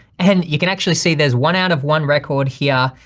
and you can actually see there's one out of one record here,